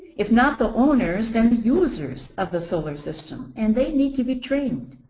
if not the owners, then users of the solar system and they need to be trained.